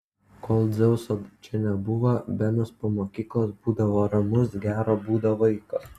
kol dzeuso čia nebuvo benas po mokyklos būdavo ramus gero būdo vaikas